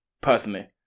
personally